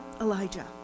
elijah